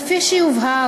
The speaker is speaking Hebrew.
כפי שיובהר,